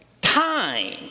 time